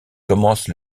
commence